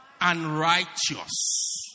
Unrighteous